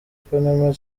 panama